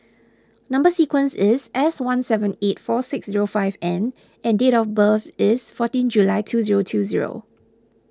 Number Sequence is S one seven eight four six zero five N and date of birth is fourteen July two zero two